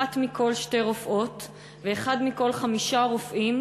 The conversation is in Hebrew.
שאחת מכל שתי רופאות ואחד מכל חמישה רופאים